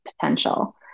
potential